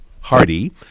Hardy